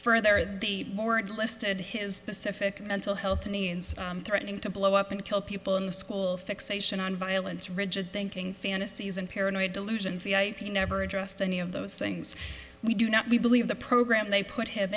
further the board listed his specific mental health threatening to blow up and kill people in the school fixation on violence rigid thinking fantasies and paranoid delusions the ip never addressed any of those things we do not believe the program they put him